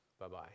Bye-bye